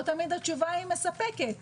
לא תמיד התשובה מספקת,